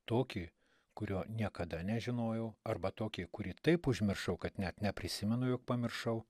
tokį kurio niekada nežinojau arba tokį kurį taip užmiršau kad net neprisimenu jog pamiršau